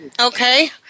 okay